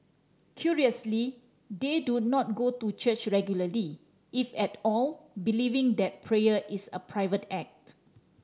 curiously they do not go to church regularly if at all believing that prayer is a private act